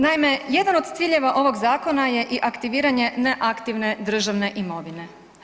Naime, jedan od ciljeva ovog zakona je i aktiviranje ne aktivne državne imovine.